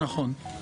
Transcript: נכון.